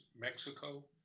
Mexico